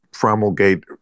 Promulgate